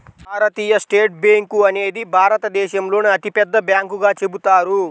భారతీయ state bank అనేది భారతదేశంలోనే అతిపెద్ద బ్యాంకుగా చెబుతారు